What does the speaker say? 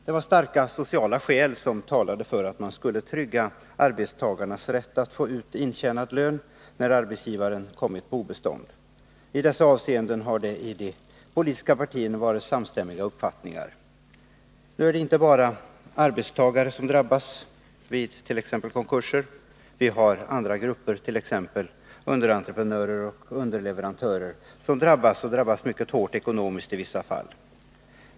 Det var starka sociala skäl som talade för att man skulle trygga arbetstagarnas rätt att få ut intjänad lön, när arbetsgivaren kommit på obestånd. I dessa avseenden har det i de politiska partierna varit samstämmiga uppfattningar. Nu är det inte bara arbetstagare som drabbas vid t.ex. konkurser. Vi har andra grupper som drabbas, och i vissa fall drabbas mycket hårt ekonomiskt, exempelvis underentreprenörer och underleverantörer.